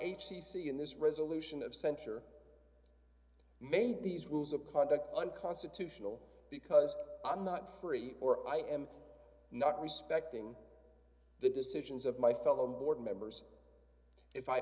in this resolution d of censure made these rules of conduct unconstitutional because i'm not free or i am not respecting the decisions of my fellow board members if i